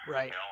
Right